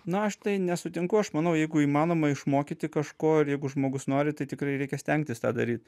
na aš tai nesutinku aš manau jeigu įmanoma išmokyti kažko ir jeigu žmogus nori tai tikrai reikia stengtis tą daryt